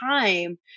time